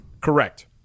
Correct